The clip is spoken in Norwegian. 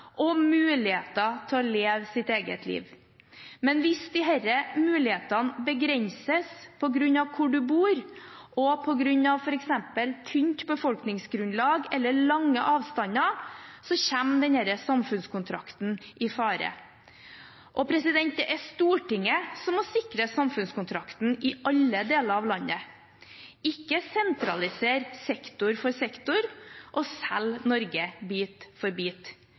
og muligheter til å leve sitt eget liv. Men hvis disse mulighetene begrenses av hvor du bor, og på grunn av f.eks. tynt befolkningsgrunnlag eller lange avstander, kommer denne samfunnskontrakten i fare. Og det er Stortinget som må sikre samfunnskontrakten i alle deler av landet, ikke sentralisere sektor for sektor og selge Norge bit for bit.